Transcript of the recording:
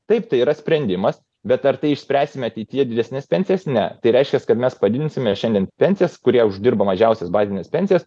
taip tai yra sprendimas bet ar tai išspręsime ateityje didesnes pensijas ne tai reiškia kad mes padidinsime šiandien pensijas kurie uždirba mažiausias bazines pensijas